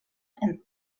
and